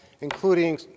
including